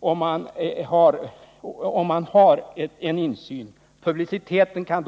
Genom sådan insyn som detta innebär kan publiciteten